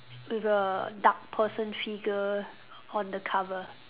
with a dark person figure on the cover